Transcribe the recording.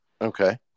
Okay